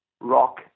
rock